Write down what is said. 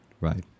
Right